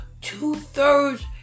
Two-thirds